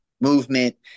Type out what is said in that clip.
movement